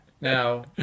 Now